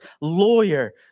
lawyer